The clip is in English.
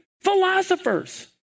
philosophers